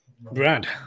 brad